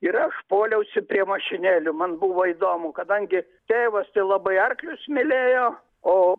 ir aš puoliausi prie mašinėlių man buvo įdomu kadangi tėvas tai labai arklius mylėjo o